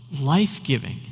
life-giving